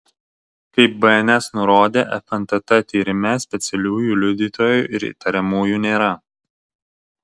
kaip bns nurodė fntt tyrime specialiųjų liudytojų ir įtariamųjų nėra